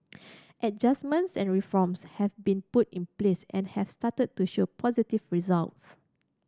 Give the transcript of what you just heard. adjustments and reforms have been put in place and have started to show positive results